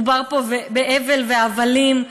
מדובר פה בהבל והבלים.